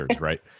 right